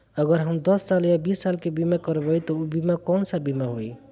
अगर हम दस साल या बिस साल के बिमा करबइम त ऊ बिमा कौन सा बिमा होई?